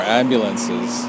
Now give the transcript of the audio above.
ambulances